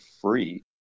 free